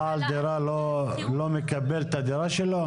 בעל דירה לא מקבל את הדירה שלו?